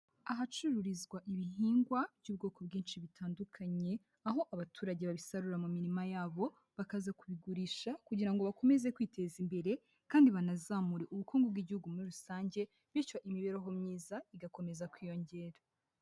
Ahacururizwa ibihingwa by'ubwoko bwinshi bitandukanye, aho abaturage babisarura mu mirima yabo, bakaza kubigurisha kugira ngo bakomeze kwiteza imbere kandi banazamure ubukungu bw'igihugu muri rusange bityo imibereho myiza igakomeza kwiyongera.